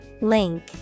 Link